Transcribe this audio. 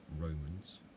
Romans